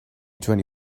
twenty